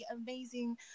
amazing